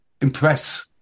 impress